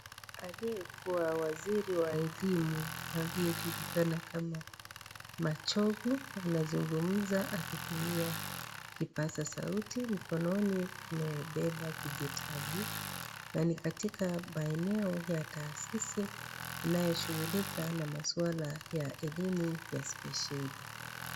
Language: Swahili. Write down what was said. Aliyekuwa waziri wa elimu, aliyejulikana kama Machogu, anazungumza kutumia kipaza sauti. Mkononi amebeba kijitabu na ni katika maeneo ya kaasisi anayeshughulika na maswala ya elimu spesheli.